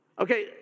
Okay